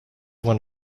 one